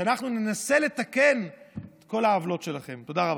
שאנחנו ננסה לתקן את כל העוולות שלכם, תודה רבה.